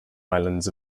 islands